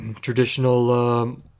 traditional